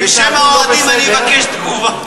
בשם האוהדים אני מבקש תגובה.